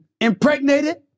impregnated